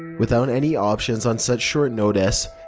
without any options on such short notice,